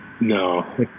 No